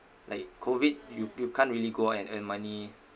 like COVID you you can't really go out and earn money